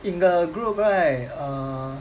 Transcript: in the group right err